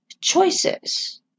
choices